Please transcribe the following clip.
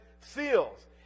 seals